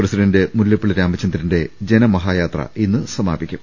president Mullappally രാമചന്ദ്രന്റെ ജനമഹായാത്ര ഇന്ന് സമാപിക്കും